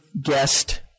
guest